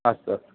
अस्तु अस्तु